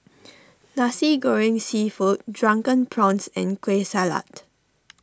Nasi Goreng Seafood Drunken Prawns and Kueh Salat